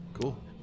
Cool